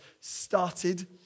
started